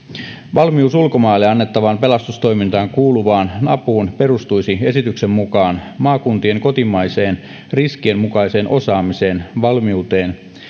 valmius ulkomaille annettavaan pelastustoimintaan kuuluvaan apuun perustuisi esityksen mukaan maakuntien kotimaiseen riskien mukaiseen osaamiseen valmiuteen